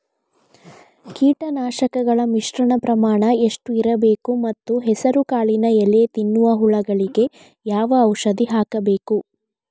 ಕೀಟನಾಶಕಗಳ ಮಿಶ್ರಣ ಪ್ರಮಾಣ ಎಷ್ಟು ಇರಬೇಕು ಮತ್ತು ಹೆಸರುಕಾಳಿನ ಎಲೆ ತಿನ್ನುವ ಹುಳಗಳಿಗೆ ಯಾವ ಔಷಧಿ ಹಾಕಬೇಕು?